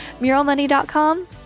Muralmoney.com